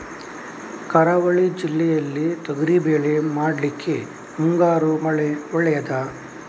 ಕರಾವಳಿ ಜಿಲ್ಲೆಯಲ್ಲಿ ತೊಗರಿಬೇಳೆ ಮಾಡ್ಲಿಕ್ಕೆ ಮುಂಗಾರು ಮಳೆ ಒಳ್ಳೆಯದ?